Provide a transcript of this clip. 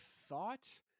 thought